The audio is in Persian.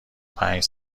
پنج